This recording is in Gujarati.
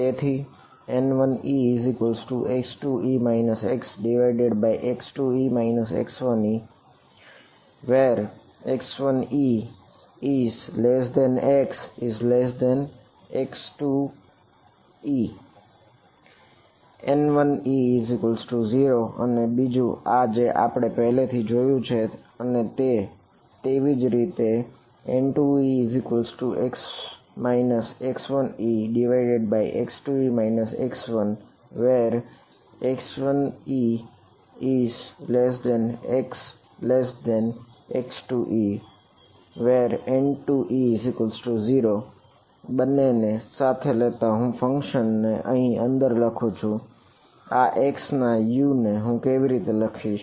તેથી N1ex2e xx2e x1ex1exx2eN1e0 અને બીજું આ જે આપણે પહેલેથી જોયું છે અને તેવી જ રીતે N2ex x1ex2e x1ex1exx2eN2e0 બંને ને સાથે લેતા હું ફંક્શન ને અહીં અંદર લખું છું આ x ના U ને હું કેવી રીતે લખીશ